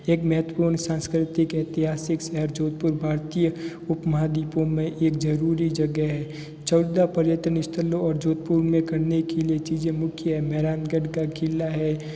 एक महत्वपूर्ण संस्कृति के ऐतिहासिक शहर जोधपुर भारतीय उपमहाद्वीप में एक ज़रूरी जगह है चौदह पर्यटन स्थलों और जोधपुर में करने के लिए चीज़ें मुख्य है मेहरांगढ़ का क़िला है